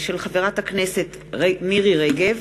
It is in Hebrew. של חברת הכנסת מירי רגב,